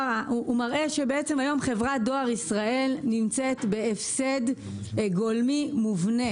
שמראה שהיום חברת דואר ישראל נמצאת בהפסד גולמי מובנה.